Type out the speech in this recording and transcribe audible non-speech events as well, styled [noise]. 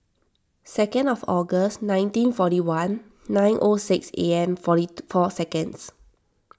second of August nineteen forty one nine O six am forty [noise] four seconds